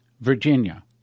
Virginia